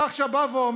אתה עכשיו בא ואומר,